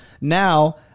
now